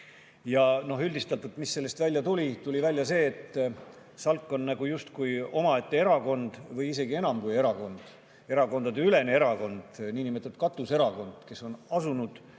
tegid. Üldistatult, mis sellest välja tuli? Tuli välja see, et SALK on justkui omaette erakond või isegi enam kui erakond, erakondadeülene erakond, niinimetatud katuserakond, kes on asunud